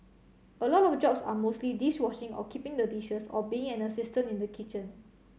a lot of jobs are mostly dish washing or keeping the dishes or being an assistant in the kitchen